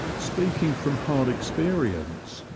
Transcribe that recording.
speaking from hard experience,